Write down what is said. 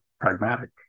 pragmatic